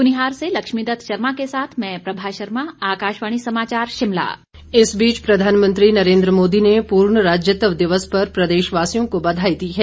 कुनिहार से लक्ष्मीदत्त शर्मा के साथ मैं प्रभा शर्मा आकाशवाणी समाचार शिमला बधाई इस बीच प्रधानमंत्री नरेन्द्र मोदी ने पूर्ण राज्यत्व दिवस पर प्रदेशवासियों को बधाई दी है